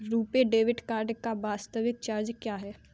RuPay debit card का वार्षिक charge क्या है?